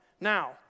Now